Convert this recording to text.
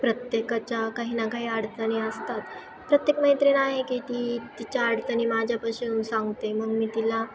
प्रत्येकाच्या काही ना काही अडचणी असतात प्रत्येक मैत्रीण आहे की ती तिच्या अडचणी माझ्यापाशी येऊन सांगते मग मी तिला